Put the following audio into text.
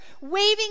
waving